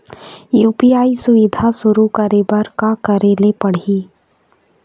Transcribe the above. UPI सुविधा शुरू करे बर का करे ले पड़ही?